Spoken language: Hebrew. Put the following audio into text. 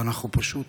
ואנחנו פשוט